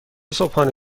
صبحانه